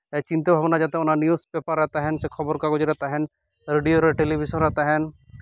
ᱪᱤᱱᱛᱟᱹ ᱵᱷᱟᱵᱽᱱᱟ ᱡᱟᱛᱮ ᱚᱱᱟ ᱱᱤᱭᱩᱥ ᱯᱮᱯᱟᱨ ᱨᱮ ᱛᱟᱦᱮᱱ ᱥᱮ ᱠᱷᱚᱵᱚᱨ ᱠᱟᱜᱚᱡᱽ ᱨᱮ ᱛᱟᱦᱮᱱ ᱨᱮᱰᱤᱭᱳ ᱨᱮ ᱴᱮᱞᱤᱵᱷᱤᱥᱚᱱ ᱨᱮ ᱛᱟᱦᱮᱱ